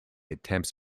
attempts